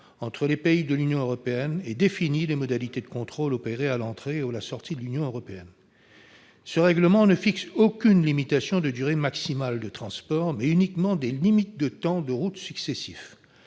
entre les pays de l'Union européenne et définit les modalités des contrôles opérés à l'entrée ou à la sortie de celle-ci. Ce règlement ne fixe aucune limitation de durée maximale de transport, mais uniquement des limites de temps de route successifs